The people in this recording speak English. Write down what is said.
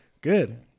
Good